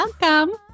welcome